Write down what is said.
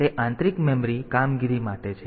તેથી તે આંતરિક મેમરી કામગીરી માટે છે